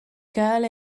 girl